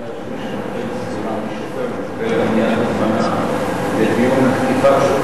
מי שמקבל סטירה משוטר מייד מקבל הזמנה לדיון על תקיפת שוטר.